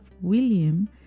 William